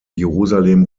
jerusalem